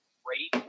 great